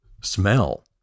Smell